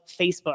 Facebook